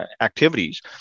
activities